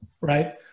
right